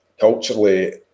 culturally